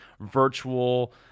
virtual